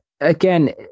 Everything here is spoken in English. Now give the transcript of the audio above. again